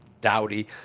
dowdy